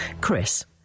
Chris